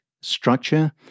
structure